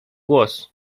glos